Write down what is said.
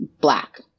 black